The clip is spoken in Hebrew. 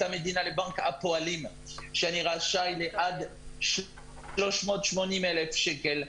המדינה לבנק הפועלים שאני רשאי לעד 380,000 שקל.